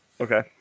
Okay